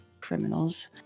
criminals